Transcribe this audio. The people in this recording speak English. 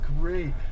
great